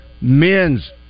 men's